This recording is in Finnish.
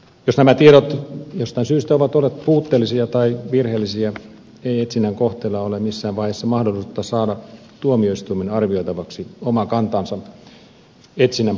jos nämä tiedot jostain syystä ovat olleet puutteellisia tai virheellisiä ei etsinnän kohteella ole missään vaiheessa mahdollisuutta saada tuomioistuimen arvioitavaksi omaa kantaansa etsinnän puuttuvista edellytyksistä